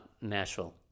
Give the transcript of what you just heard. Nashville